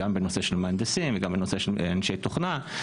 גם בנושא של מהנדסים וגם בנושא של אנשי תוכנה,